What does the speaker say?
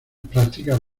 prácticas